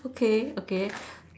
okay okay